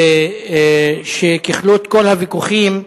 שככלות כל הוויכוחים,